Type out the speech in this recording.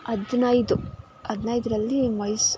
ಹದಿನೈದು ಹದಿನೈದರಲ್ಲಿ ಮೈಸ್